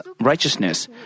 righteousness